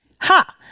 Ha